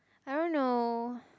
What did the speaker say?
I don't know